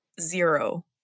zero